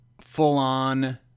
full-on